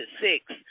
six